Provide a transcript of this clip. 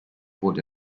wohnt